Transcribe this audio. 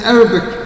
Arabic